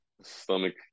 stomach